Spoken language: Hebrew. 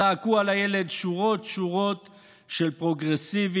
זעקו על הילד שורות-שורות של פרוגרסיבים,